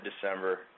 December